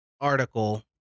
article